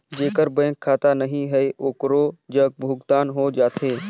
जेकर बैंक खाता नहीं है ओकरो जग भुगतान हो जाथे?